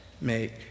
make